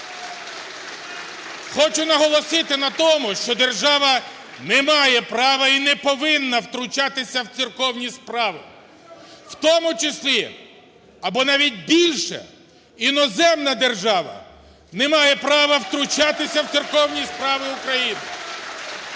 Хочу наголосити на тому, що держава не має права і не повинна втручатися в церковні справи, в тому числі або навіть більше, іноземна держава не має права втручатися в церковні справи України.